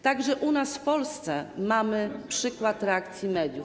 Także u nas, w Polsce, mamy przykład reakcji mediów.